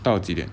到几点